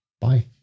bye